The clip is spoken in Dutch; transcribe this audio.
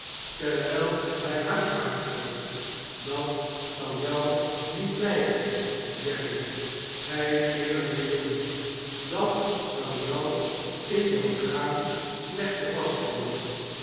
terwiji hy huiswaarts reed dat zou jou niet lvjken jerry gjj eerlpe jongen dat zou jou in jou kraam slecht te pas komen